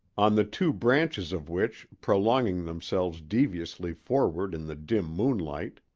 on the two branches of which, prolonging themselves deviously forward in the dim moonlight,